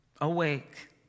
awake